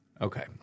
Okay